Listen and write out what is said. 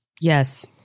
Yes